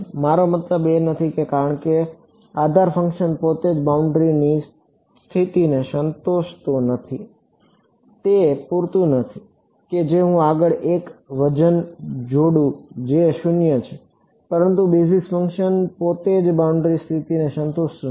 મારો મતલબ નથી કારણ કે આધાર ફંક્શન પોતે જ બાઉન્ડ્રીની સ્થિતિને સંતોષતો નથી તે પૂરતું નથી કે હું આગળ એક વજન જોડું જે 0 છે પરંતુ બેઝિસ ફંક્શન પોતે જ બાઉન્ડ્રીની સ્થિતિને સંતોષતું નથી